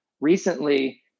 recently